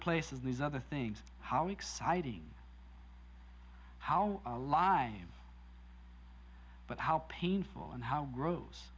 places these other things how exciting how alive but how painful and how gross